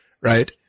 Right